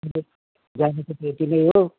जानेको त्यति नै हो